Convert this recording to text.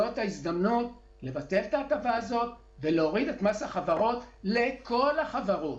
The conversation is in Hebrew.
זאת ההזדמנות לבטל את ההטבה הזאת ולהוריד את מס החברות לכל החברות,